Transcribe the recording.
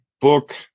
book